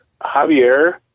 Javier